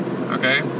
okay